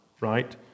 right